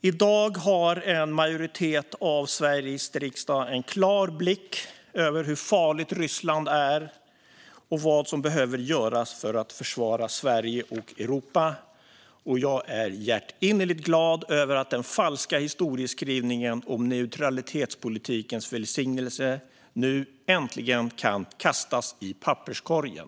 I dag har en majoritet av Sveriges riksdag en klar blick över hur farligt Ryssland är och vad som behöver göras för att försvara Sverige och Europa. Jag är hjärtinnerligt glad över att den falska historieskrivningen om neutralitetspolitikens välsignelse nu äntligen kan kastas i papperskorgen.